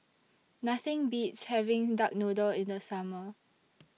Nothing Beats having Duck Noodle in The Summer